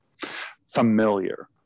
familiar